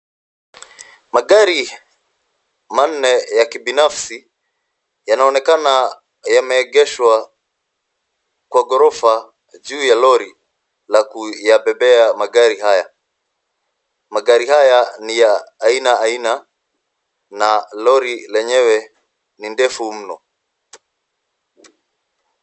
Magari manne ya kibinafsi, yanaonekana yameegeshwa kwa ghorofa juu ya lori, la kuyabebea magari haya. Magari haya ni ya aina aina na lori lenyewe ni ndefu mno.